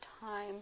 time